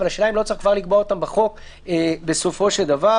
אבל השאלה אם לא צריך כבר לקבוע אותם בחוק בסופו של דבר?